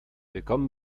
willkommen